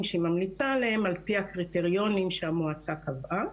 שהיא ממליצה עליהם על פי הקריטריונים שהמועצה קבעה,